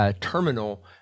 Terminal